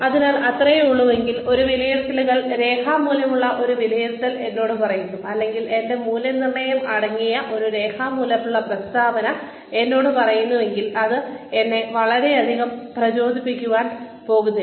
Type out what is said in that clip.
അതിനാൽ അത്രയേയുള്ളൂവെങ്കിൽ ഒരു വിലയിരുത്തൽ മുഖാമുഖമുള്ള ഒരു വിലയിരുത്തൽ എന്നോട് പറയുന്നു അല്ലെങ്കിൽ എന്റെ മൂല്യനിർണ്ണയം അടങ്ങിയ ഒരു രേഖാമൂലമുള്ള പ്രസ്താവന എന്നോട് പറയുന്നുവെങ്കിൽ അത് എന്നെ വളരെയധികം പ്രചോദിപ്പിക്കാൻ പോകുന്നില്ല